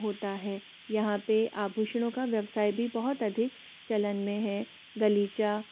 होता है यहाँ पे आभूषणों का व्यवसाय भी बहुत अधिक चलन में हैं गलीचा